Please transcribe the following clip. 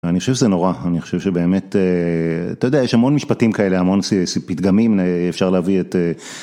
אני חושב שזה נורא, אני חושב שבאמת אתה יודע יש המון משפטים כאלה המון פתגמים אפשר להביא את...